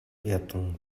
ядан